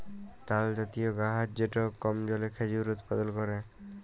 তালজাতীয় গাহাচ যেট কম জলে খেজুর উৎপাদল ক্যরে